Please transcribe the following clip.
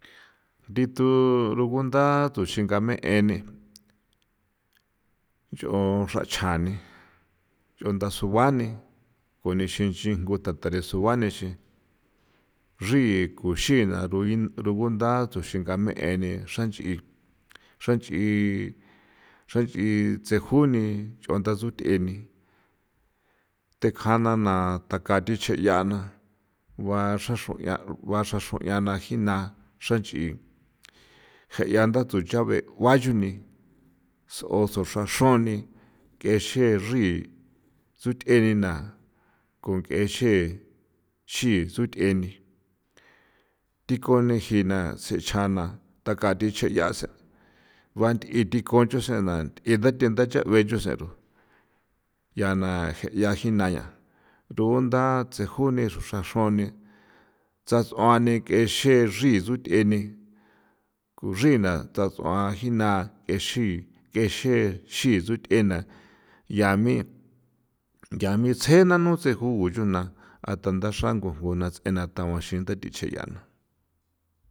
Ndithu rugunda tuxingame' eni nch'on xranchjani nch'on ndasuguani kunixi xijngu ta thare sugua nixi nchri kuxina rugunda tuxigame' eni xranch'i xranch'i xranch'i tsejuni nch'ua nda tsuth'eni the kjana na thaka thi nche yaa na guaxra xrauian xruianan jina xranchi'i je' ya tha kua chujni u ruxra xrauni'i kexe nchri tsuthe nina ko ke xe xi'i tsjuthe nthi'i dinkuni jiina seechana ka thi sechse banthi yaa jii naa yaa rugunda jini'i ruxraxrauni satsuani kexe nchrii tsutheni ko nchri na sats'uan jina nk'e xi nk'e xe xits'uth'e na ya mi ya mi tsje nanu tseju guchuna a thanda xrango juna ts'ena taguaxin ndethi ch'eyana.